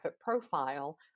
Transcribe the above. profile